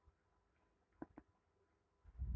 ಬೊಲ್ವರ್ಮ್ನಿಂದ ಬೆಳೆಗೆ ನಷ್ಟವಾಗುತ್ತ?